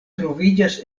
troviĝas